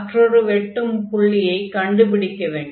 மற்றொரு வெட்டும் புள்ளியைக் கண்டுபிடிக்க வேண்டும்